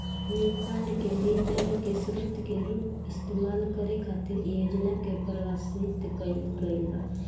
हिमखंड के भी जल के स्रोत के रूप इस्तेमाल करे खातिर योजना के प्रस्तावित कईल गईल बा